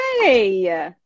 Hey